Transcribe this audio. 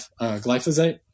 glyphosate